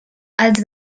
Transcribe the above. els